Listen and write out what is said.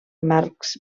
marcs